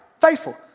Faithful